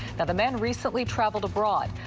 the the man recently traveled abroad.